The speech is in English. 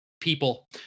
people